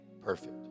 perfect